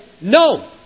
no